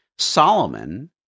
Solomon